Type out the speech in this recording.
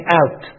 out